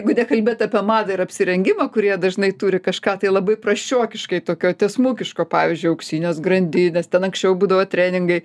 jeigu nekalbėt apie madą ir apsirengimą kurie dažnai turi kažką tai labai prasčiokiškai tokio tiesmukiško pavyzdžiui auksinės grandinės ten anksčiau būdavo treningai